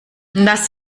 das